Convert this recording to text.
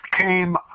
came